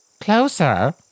Closer